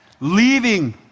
Leaving